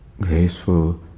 Graceful